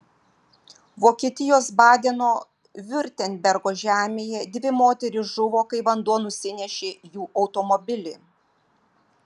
vokietijos badeno viurtembergo žemėje dvi moterys žuvo kai vanduo nusinešė jų automobilį